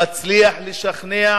מצליח לשכנע